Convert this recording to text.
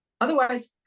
Otherwise